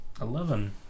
Eleven